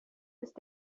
ist